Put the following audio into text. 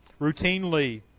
Routinely